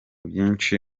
byinshi